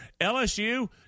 LSU